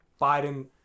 Biden